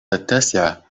التاسعة